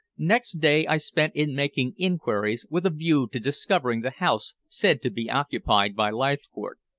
next day i spent in making inquiries with a view to discovering the house said to be occupied by leithcourt.